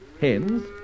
hens